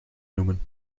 noemen